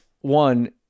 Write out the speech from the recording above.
one